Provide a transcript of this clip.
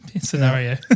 scenario